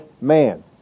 man